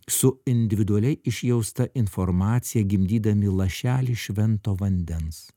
su individualiai išjausta informacija gimdydami lašelį švento vandens